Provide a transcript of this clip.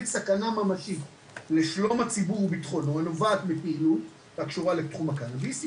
סכנה ממשית לביטחון הציבור הנובעת מפעילות הקשורה לתחום הקנאביס,